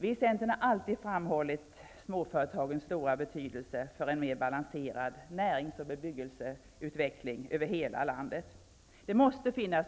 Vi i Centern har alltid framhållit småföretagens stora betydelse för en mer balanserad närings och bebyggelseutveckling över hela landet. Det måste finnas